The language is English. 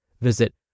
Visit